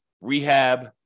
rehab